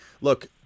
look